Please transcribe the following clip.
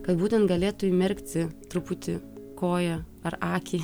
kad būtent galėtų įmerkti truputį koją ar akį